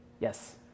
Yes